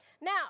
Now